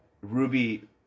Ruby